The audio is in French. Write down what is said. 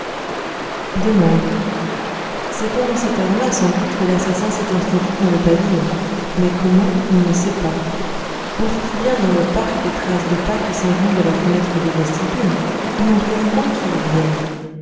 c'est pendant cette heure-là sans doute que l'assassin s'est introduit dans le pavillon mais comment on ne le sait pas on trouve bien dans le parc des traces de pas qui s'en vont de la fenêtre du vestibule on n'en trouve point qui y viennent